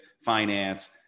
finance